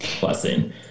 blessing